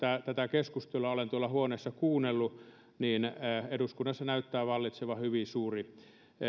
tätä keskustelua olen tuolla huoneessani kuunnellut niin eduskunnassa näyttää vallitsevan hyvin suuri